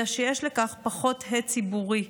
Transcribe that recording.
אלא שיש לכך פחות הד ציבורי,